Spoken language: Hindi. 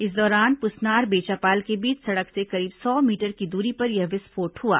इस दौरान पुसनार बेचापाल के बीच सड़क से करीब सौ मीटर की दूरी पर यह विस्फोट हुआ